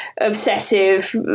obsessive